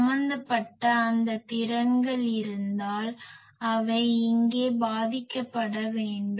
சம்பந்தப்பட்ட அந்தத் திறன்கள் இருந்தால் அவை இங்கே பாதிக்கப்பட வேண்டும்